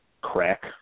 crack